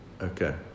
Okay